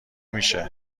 میشه